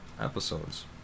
episodes